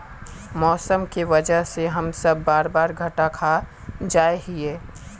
मौसम के वजह से हम सब बार बार घटा खा जाए हीये?